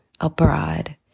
abroad